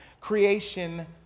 Creation